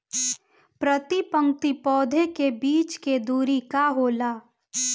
प्रति पंक्ति पौधे के बीच के दुरी का होला?